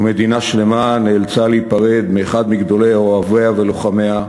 ומדינה שלמה נאלצה להיפרד מאחד מגדולי אוהביה ולוחמיה,